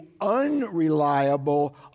unreliable